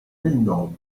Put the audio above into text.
minnhom